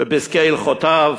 בפסקי הלכותיו,